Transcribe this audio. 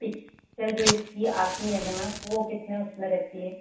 picture जो इसकी आती हैं न वो कितने उसमें रहती है